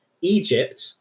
Egypt